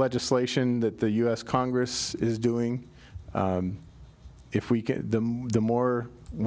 legislation that the u s congress is doing if we can the more